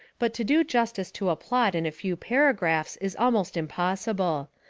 but to do justice to a plot in a few paragraphs is almost impossible.